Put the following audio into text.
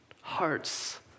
hearts